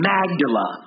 Magdala